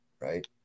right